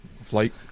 flight